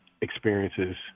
experiences